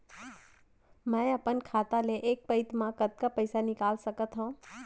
मैं अपन खाता ले एक पइत मा कतका पइसा निकाल सकत हव?